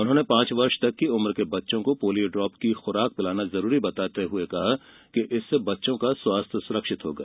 उन्होंने पाँच वर्ष तक की उम्र के बच्चों को पोलियो ड्राप की खुराक पिलाना जरूरी बताते हुए कहा कि इससे बच्चों का स्वास्थ्य सुरक्षित होगा